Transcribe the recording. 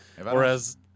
whereas